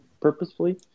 purposefully